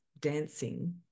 dancing